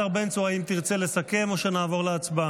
השר בן צור, האם תרצה לסכם או שנעבור להצבעה?